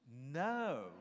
No